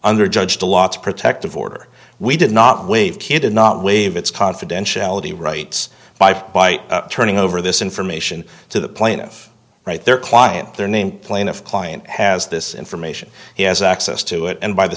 under judge the lats protective order we did not waive kid did not waive its confidentiality rights by by turning over this information to the plaintiff write their client their name plaintiff client has this information he has access to it and by the